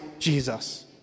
Jesus